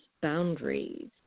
boundaries